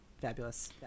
Fabulous